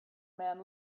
man